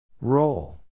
Roll